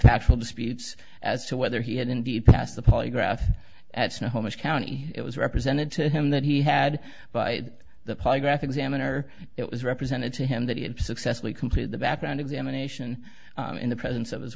factual disputes as to whether he had indeed passed the polygraph at snohomish county it was represented to him that he had by the polygraph examiner it was represented to him that he had successfully completed the background examination in the presence of his